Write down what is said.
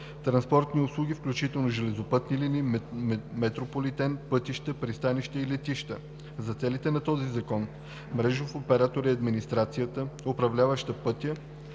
транспортни услуги, включително железопътни линии, метрополитен, пътища, пристанища и летища. За целите на този закон „мрежов оператор“ е администрацията, управляваща пътя,